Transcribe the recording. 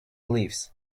leaves